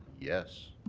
yes.